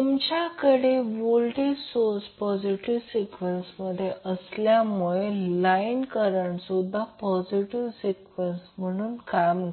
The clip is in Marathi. तुमच्याकडे व्होल्टेज सोर्स पॉझिटिव्ह सिक्वेन्समध्ये असल्यामुळे लाईन करंटसुद्धा पॉझिटिव्ह सिक्वेन्स राहील